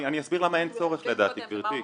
אני אסביר למה אין צורך, לדעתי, גברתי.